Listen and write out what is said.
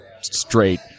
straight